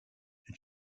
and